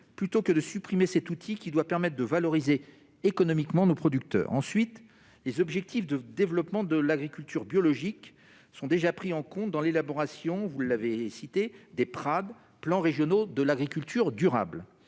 plutôt que de supprimer cet outil, qui doit permettre de valoriser économiquement nos producteurs. Ensuite, les objectifs de développement de l'agriculture biologique sont déjà pris en compte dans l'élaboration des PRAD, les plans régionaux de l'agriculture durable.